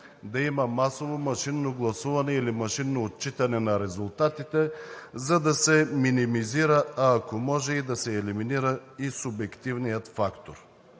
да има масово машинно гласуване или машинно отчитане на резултатите, за да се минимизира, ако може и да се елиминира, и субективният фактор.